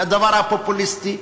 לדבר הפופוליסטי,